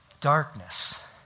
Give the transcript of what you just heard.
darkness